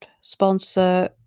sponsor